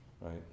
right